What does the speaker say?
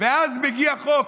ואז מגיע החוק,